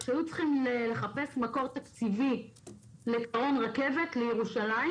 כשהיו צריכים לחפש מקור תקציבי לקרון רכבת לירושלים